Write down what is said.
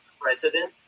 president